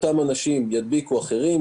אותם אנשים ידביקו אחרים,